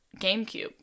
GameCube